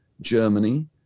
Germany